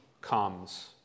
comes